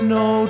no